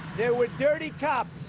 there were dirty cops.